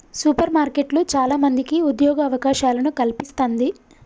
super మార్కెట్లు చాల మందికి ఉద్యోగ అవకాశాలను కల్పిస్తంది